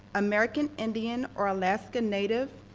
american indian or alaskan native,